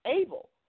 able